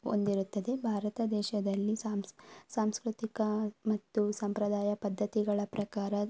ಹೊಂದಿರುತ್ತದೆ ಭಾರತ ದೇಶದಲ್ಲಿ ಸಾಂಸ್ ಸಾಂಸ್ಕೃತಿಕ ಮತ್ತು ಸಂಪ್ರದಾಯ ಪದ್ಧತಿಗಳ ಪ್ರಕಾರ